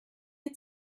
had